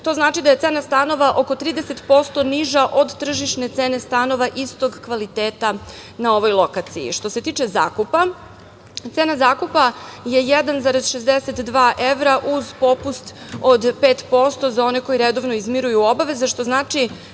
To znači da je cena stanova oko 30% niža od tržišne cene stanova istog kvaliteta na ovoj lokaciji. Što se tiče zakupa, cena zakupa je 1,62 evra uz popust od 5% za one koji redovno izmiruju obaveze, što znači